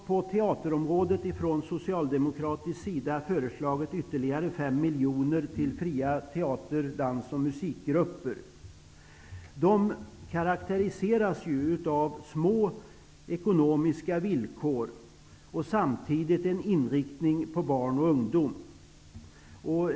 På teaterområdet har vi socialdemokrater också föreslagit ytterligare 5 miljoner kronor för fria teater-, dans och musikgrupper. De karakteriseras av små ekonomiska villkor samtidigt som de har en inriktning mot barn och ungdom.